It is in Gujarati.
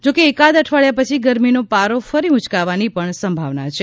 જો કે એકાદ અઠવાડીયા પછી ગરમીનો પારો ફરી ઉચકાવાની પણ સંભાવના છે